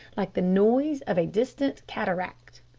like the noise of a distant cataract.